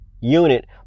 unit